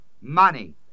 money